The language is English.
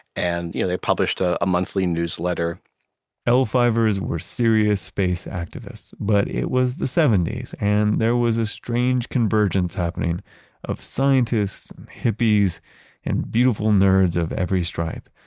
and you know, they published ah a monthly newsletter l five ers were serious space activists, but it was the seventy s, and there was a strange convergence happening of scientists, hippies and beautiful nerds of every stripe.